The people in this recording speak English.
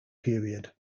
period